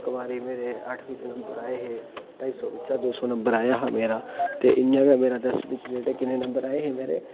इक बारी मेरे अट्ठमी च नम्बर आए हे ढाई सौ बिच्चा दो सौ नम्बर आया हा मेरा ते इ'यां गै मेरा जेह्ड़ा दसमीं च किन्ने नम्बर आए हे मेरे